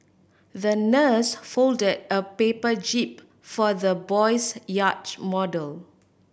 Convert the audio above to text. the nurse fold a paper jib for the boy's yacht model